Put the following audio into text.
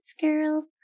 girl